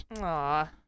Aw